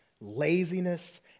laziness